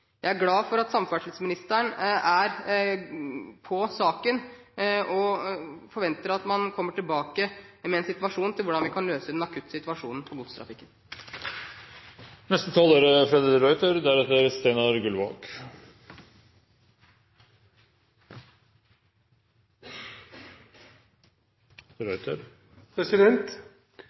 Jeg er glad for at samferdselsministeren arbeider med saken, og vi forventer at man kommer tilbake med en plan for hvordan vi kan løse den akutte situasjonen